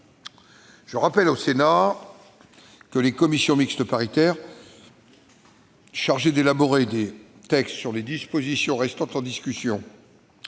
Je rappelle au Sénat que les commissions mixtes paritaires chargées d'élaborer des textes sur les dispositions restant en discussion